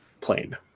plane